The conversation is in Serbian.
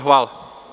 Hvala.